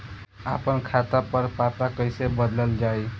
आपन खाता पर पता कईसे बदलल जाई?